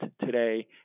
today